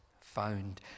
found